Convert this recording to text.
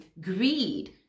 greed